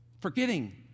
Forgetting